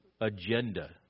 agenda